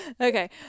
Okay